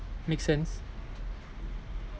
make sense